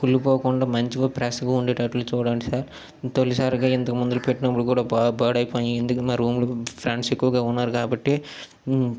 కుళ్ళి పోకుండా మంచిగా ఫ్రెష్గా ఉండేటట్లు చూడండి సార్ తొలిసారిగా ఇంతకుముందులాగా పెట్టినప్పుడు కూడా బాగా పాడైపోయినవి ఎందుకంటే రూంలో ఫ్రెండ్స్ ఎక్కువగా ఉన్నారు కాబట్టీ